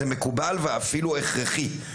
זה מקובל ואפילו הכרחי.